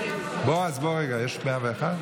בועז, בוא רגע, יש 101?